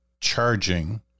charging